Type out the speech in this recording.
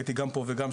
הייתי גם פה וגם,